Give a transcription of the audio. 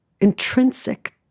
intrinsic